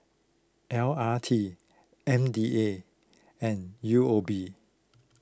L R T M D A and U O B